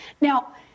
Now